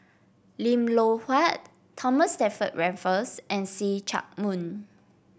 Lim Loh Huat Thomas Stamford Raffles and See Chak Mun